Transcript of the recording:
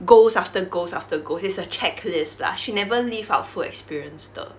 goals after goals after goals it's a checklist lah she never live out full experience 的